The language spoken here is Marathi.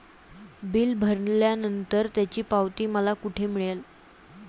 बिल भरल्यानंतर त्याची पावती मला कुठे मिळेल?